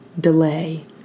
Delay